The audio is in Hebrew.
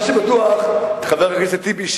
מה שבטוח הוא, חבר הכנסת טיבי,